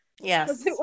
yes